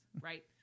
right